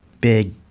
Big